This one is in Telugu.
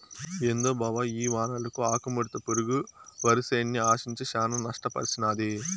ఏందో బావ ఈ వానలకు ఆకుముడత పురుగు వరిసేన్ని ఆశించి శానా నష్టపర్సినాది